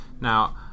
Now